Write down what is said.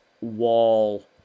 wall